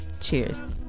cheers